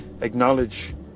acknowledge